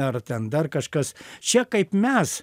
ar ten dar kažkas čia kaip mes